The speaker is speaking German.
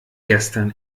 gestern